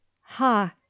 Ha